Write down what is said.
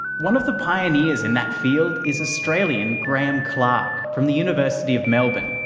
one of the pioneers in that field is australian graeme clark, from the university of melbourne.